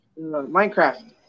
Minecraft